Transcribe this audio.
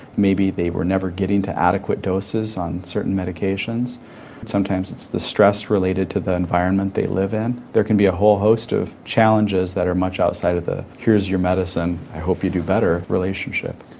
maybe they were never getting to adequate doses on certain medications and sometimes it's the stress related to the environment they live in. there can be a whole host of challenges that are much outside of the here's your medicine i hope you do better relationship.